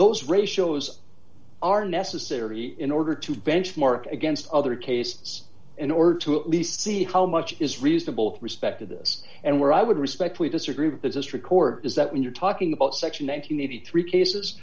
ratios are necessary in order to benchmark against other cases in order to at least see how much is reasonable respected this and where i would respectfully disagree with the district court is that when you're talking about section nine hundred and eighty three cases